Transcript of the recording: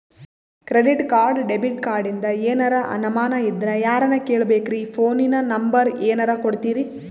Credit card, debit ಕಾರ್ಡಿಂದ ಏನರ ಅನಮಾನ ಇದ್ರ ಯಾರನ್ ಕೇಳಬೇಕ್ರೀ, ಫೋನಿನ ನಂಬರ ಏನರ ಕೊಡ್ತೀರಿ?